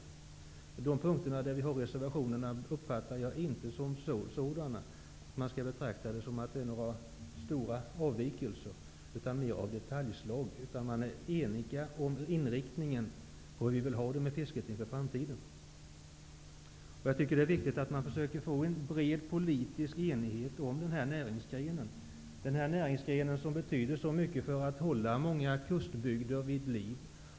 På de punkter där reservationer avgivits föreligger, som jag uppfattar det, inte några större avvikelser utan bara mera detaljmässiga sådana. Man är enig om inriktningen för fisket i framtiden. Det är viktigt att försöka få till stånd en bred politisk enighet om denna näringsgren, som betyder så mycket för att hålla många kustbygder vid liv.